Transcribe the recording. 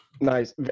nice